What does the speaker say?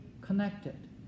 connected